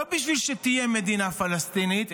לא בשביל שתהיה מדינה פלסטינית,